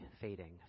fading